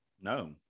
No